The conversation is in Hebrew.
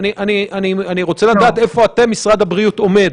אני רוצה לדעת איפה אתם, משרד הבריאות, עומדים.